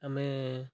ଆମେ